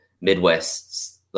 Midwest